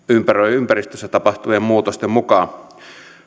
ympäristössä tapahtuvien muutosten mukaan